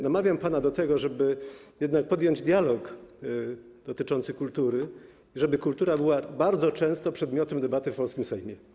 Namawiam pana do tego, żeby jednak podjąć dialog dotyczący kultury, żeby kultura była bardzo często przedmiotem debaty w polskim Sejmie.